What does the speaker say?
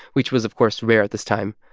which was of course rare at this time.